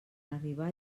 arribar